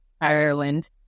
Ireland